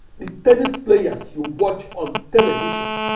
the tennis players you watch on television.